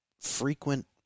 frequent